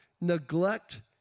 neglect